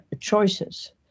choices